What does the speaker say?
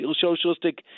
socialistic